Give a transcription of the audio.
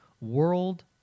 World